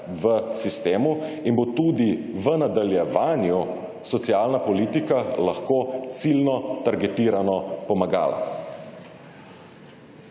v sistemu in bo tudi v nadaljevanju socialna politika lahko ciljno, targetirano pomagala.